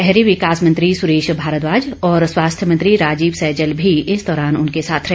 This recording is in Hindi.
शहरी विकैास मंत्री सुरेश भारद्वाज और स्वास्थ्य मंत्री राजीव सहजल भी इस दौरान उनके साथ रहे